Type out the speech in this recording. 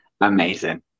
amazing